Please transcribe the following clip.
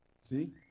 See